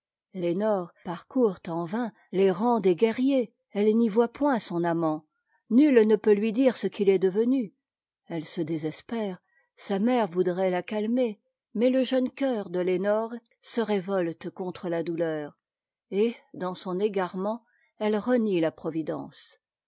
lenore parcourt en vain les rangs des guerriers elle n'y voit point son amant nul ne peut lui dire ce qu'il est devenu elle se désespère sa mère voudrait la calmer mais le jeune cœur de lenore se révolte contre la douleur et dans son égarement elle renie la providence